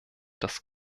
das